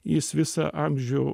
jis visą amžių